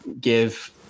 give